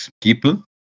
people